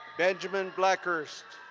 benjamin blackhurst.